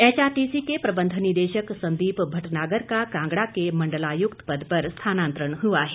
HRTC के प्रबंध निदेशक संदीप भटनागर का कांगड़ा के मंडलायुक्त पद पर स्थानांतरण हुआ है